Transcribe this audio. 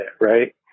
right